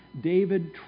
David